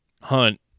hunt